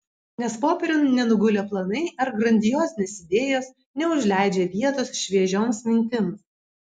nes popieriun nenugulę planai ar grandiozinės idėjos neužleidžia vietos šviežioms mintims